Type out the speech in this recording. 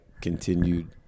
continued